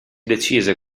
decise